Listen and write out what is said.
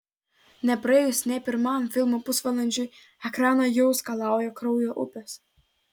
nepraėjus nė pirmam filmo pusvalandžiui ekraną jau skalauja kraujo upės